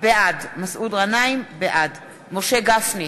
בעד משה גפני,